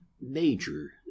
major